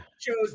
shows